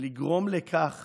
ולגרום לכך